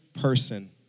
person